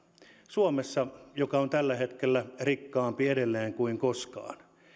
suomessa joka on tällä hetkellä edelleen rikkaampi kuin koskaan